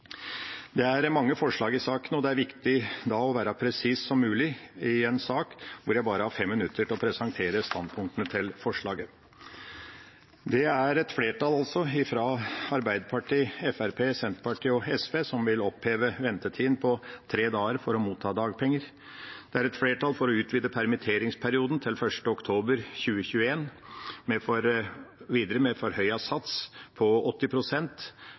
Det er mange forslag i saken, og det er viktig å være så presis som mulig når jeg bare har 5 minutter til å presentere standpunktene til forslagene. Det er altså et flertall – Arbeiderpartiet, Fremskrittspartiet, Senterpartiet og SV – som vil oppheve ventetiden på tre dager for å motta dagpenger. Det er flertall for å utvide permitteringsperioden til 1. oktober 2021 og for å forlenge forhøyet sats på